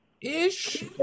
Ish